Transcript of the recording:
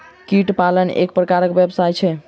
कीट पालन एक प्रकारक व्यवसाय छै